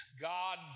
God